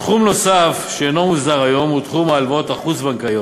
תחום נוסף שאינו מוסדר היום הוא תחום ההלוואות החוץ-בנקאיות,